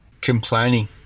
Complaining